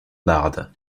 bardes